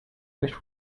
wish